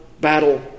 battle